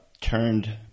turned